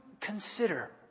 consider